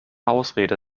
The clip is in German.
ausrede